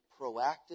proactive